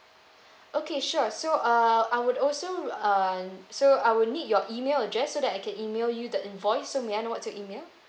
okay sure so uh I would also uh so I will need your email address so that I can email you the invoice so may I know what's your email